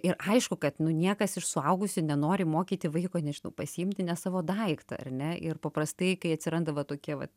ir aišku kad nu niekas iš suaugusių nenori mokyti vaiko nežinau pasiimti ne savo daiktą ar ne ir paprastai kai atsiranda va tokie vat